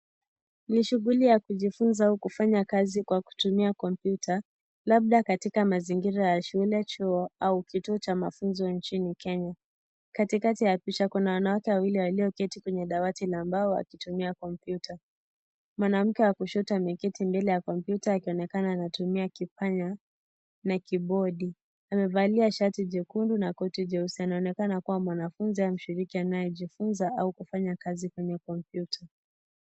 Ni shughuli ya kujifunza kufanya kazi kwenye komputa, labda katika mazingira ya shule, chuo, au kituo cha mafunzo nchini Kenya. Katikati ya picha kuna wanawake wawili walioketi kwenye dawati la mbao wakitumia komputa. Mwanamke wa kushoto ameketi mbele ya komputa akionekana anatumia kipanya na Kibodi. Amevalia shati jekundu na koti jeusi. Anaonekana kubwa mwanafunzi au mshiriki anayejifunza au kufanya kazi kwenye komputa.